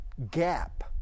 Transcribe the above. Gap